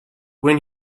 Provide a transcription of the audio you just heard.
when